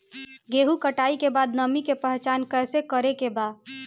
गेहूं कटाई के बाद नमी के पहचान कैसे करेके बा?